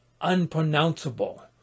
unpronounceable